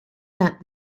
that